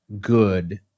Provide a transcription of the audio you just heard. good